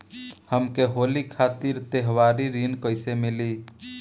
हमके होली खातिर त्योहारी ऋण कइसे मीली?